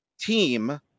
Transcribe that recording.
team